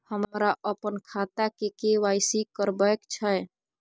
हमरा अपन खाता के के.वाई.सी करबैक छै